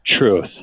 truth